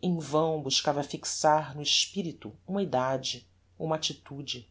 em vão buscava fixar no espirito uma edade uma attitude